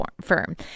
firm